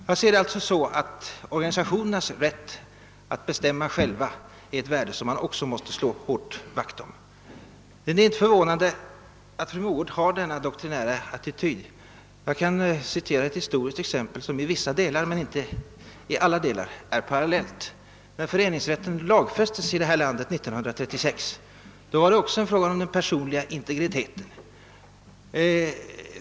Jag anser för min del att organisationernas rätt att själva bestämma är ett värde som man också hårt måste slå vakt om. Det är inte förvånande att fru Mogård har denna doktrinära attityd. Jag kan anföra ett historiskt exempel som i vissa, om inte i alla delar, är parallellt. När föreningsrätten 1936 lagfästes i detta land var det också fråga om den personliga integriteten.